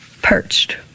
perched